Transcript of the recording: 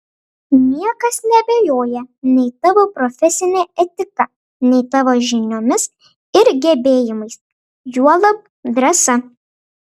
niekas neabejoja nei tavo profesine etika nei tavo žiniomis ir gebėjimais juolab drąsa